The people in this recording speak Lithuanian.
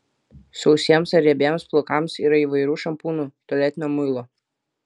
sausiems ar riebiems plaukams yra įvairių šampūnų tualetinio muilo